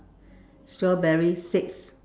strawberries six